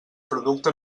producte